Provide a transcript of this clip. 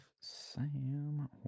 Sam